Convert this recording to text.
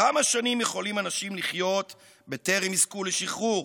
כמה שנים יכולים אנשים לחיות בטרם יזכו לשחרור?